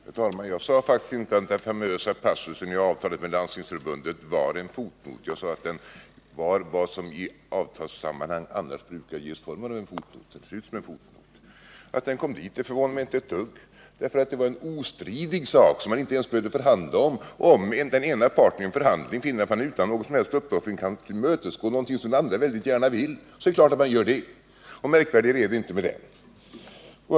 Herr talman! Jag sade faktiskt inte att den famösa passusen i avtalet med Landstingsförbundet var en fotnot. Jag sade att den var vad som i avtalssammanhang annars brukar ges formen av en fotnot. Den ser ut som en fotnot. Att den kom dit förvånar mig inte ett dugg, därför att det var en ostridig sak som man inte ens behövde förhandla om. När den ena parten i en förhandling finner att han utan någon som helst uppoffring kan tillmötesgå någonting som andra mycket gärna vill, är det klart att han gör det. Märkvärdigare är det inte.